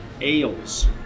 ales